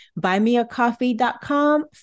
Buymeacoffee.com